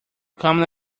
come